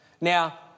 now